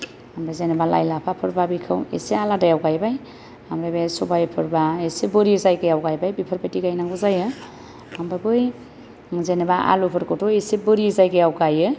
ओमफ्राय जेनेबा लाइ लाफाफोरबा बेखौ इसे आलादायाव गायबाय ओमफ्राय बे सबाइफोरबा इसे बोरि जायगायाव गायबाय बेफोरबायदि गायनांगौ जायो ओमफ्राय बै जेनेबा आलुफोरखौथ' इसे बोरि जायगायाव गायो